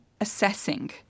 assessing